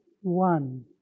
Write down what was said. one